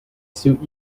suit